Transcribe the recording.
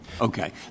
Okay